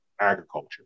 Agriculture